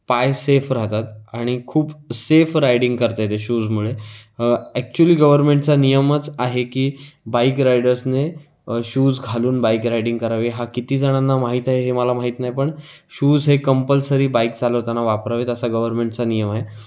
पाय सेफ राहतात आणि खूप सेफ रायडिंग करता येते शूजमुळे ॲक्च्युअली गव्हर्मेंटचा नियमच आहे की बाईक रायडर्सने शूज घालून बाईक रायडिंग करावी हा किती जणांना माहीत आहे हे मला माहीत नाही पण शूज हे कंपलसरी बाईक चालवताना वापरावेत असा गव्हर्मेन्टचा नियम आहे